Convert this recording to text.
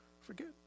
forget